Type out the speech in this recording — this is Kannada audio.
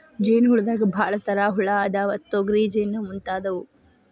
ಜೇನ ಹುಳದಾಗ ಭಾಳ ತರಾ ಹುಳಾ ಅದಾವ, ತೊಗರಿ ಜೇನ ಮುಂತಾದವು